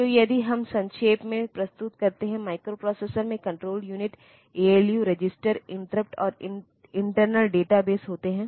तो यदि हम संक्षेप में प्रस्तुत करते हैं माइक्रोप्रोसेसर में control unit ALU register interrupt और इंटरनल डेटाबेस होते हैं